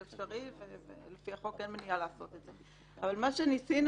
זה אפשרי ולפי החוק אין מניעה לעשות את זה אבל מה שניסינו